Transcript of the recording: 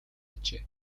ажээ